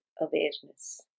awareness